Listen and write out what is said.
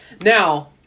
Now